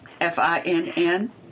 F-I-N-N